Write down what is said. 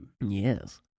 Yes